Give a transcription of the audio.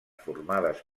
formades